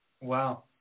Wow